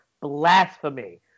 blasphemy